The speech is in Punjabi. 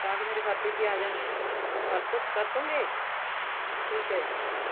ਤਾਂ ਕਿ ਮੇਰੇ ਖਾਤੇ 'ਚ ਆ ਜਾਣ ਕਰ ਸਕ ਕਰ ਦੇਵੋਂਗੇ ਠੀਕ ਹੈ ਜੀ ਠੀਕ